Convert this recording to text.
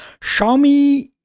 Xiaomi